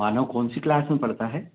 मानव कौन सी क्लास में पढ़ता है